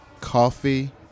coffee